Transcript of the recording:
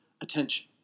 attention